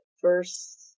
first